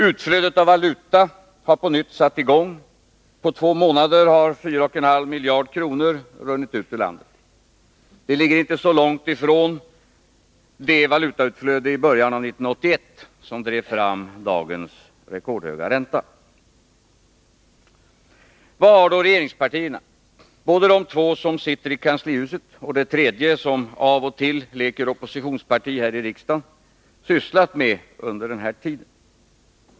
Utflödet av valuta har på nytt satt i gång. På två månader har 4,5 miljarder kronor runnit ut ur landet. Det ligger inte så långt ifrån det valutautflöde i början av 1981 som drev fram dagens rekordhöga ränta. Vad har då regeringspartierna — både de två som sitter i kanslihuset och det tredje som av och till leker oppositionsparti här i riksdagen — sysslat med under denna tid?